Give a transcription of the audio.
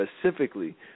specifically